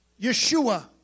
Yeshua